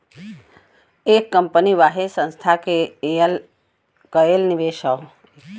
एक कंपनी वाहे संस्था के कएल निवेश हौ